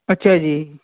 ਅੱਛਾ ਜੀ